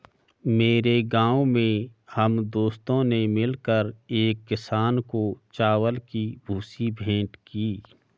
मेरे गांव में हम दोस्तों ने मिलकर एक किसान को चावल की भूसी भेंट की